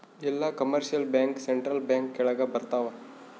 ಎಲ್ಲ commercial bank central bank ಕೆಳಗ ಬರತಾವ